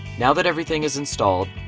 now that everything is installed,